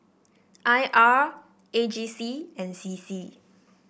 I R A G C and C C